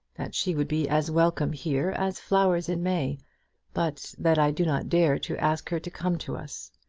that she would be as welcome here as flowers in may but that i do not dare to ask her to come to us.